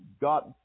got